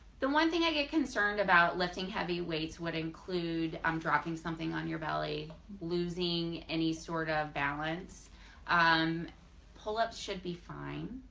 the one thing i get concerned about lifting heavy weights would include i'm dropping something on your belly, losing any sort of balance um pull ups should be fine,